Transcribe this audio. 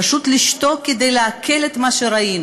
פשוט לשתוק, כדי לעכל את מה שראינו,